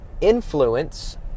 influence